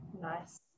nice